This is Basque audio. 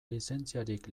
lizentziarik